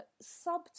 sub